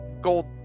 gold